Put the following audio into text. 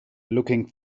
looking